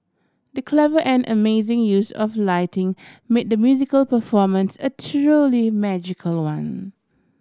the clever and amazing use of lighting made the musical performance a truly magical one